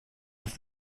have